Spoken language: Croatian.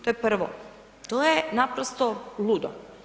To je prvo, to je naprosto ludo.